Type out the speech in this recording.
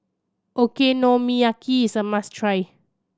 okonomiyaki is a must try